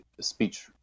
speech